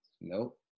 Nope